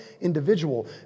individual